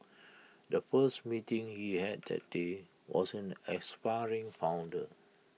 the first meeting he had that day was with an aspiring founder